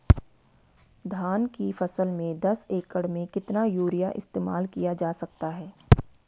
धान की फसल में दस एकड़ में कितना यूरिया इस्तेमाल किया जा सकता है?